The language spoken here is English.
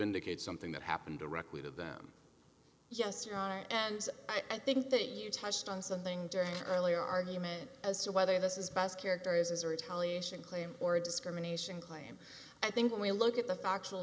vindicate something that happened directly to them yes you know and i think that you touched on something during the earlier argument as to whether this is best character is a retaliation claim or a discrimination claim i think when we look at the factual